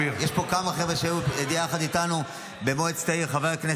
יש פה כמה חבר'ה שהיו ביחד איתנו במועצת העיר.